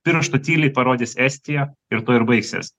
pirštu tyliai parodys estija ir tuo ir baigsis